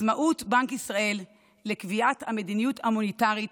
עצמאות בנק ישראל בקביעת המדיניות המוניטרית